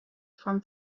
from